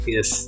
Yes